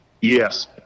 Yes